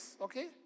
okay